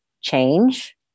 change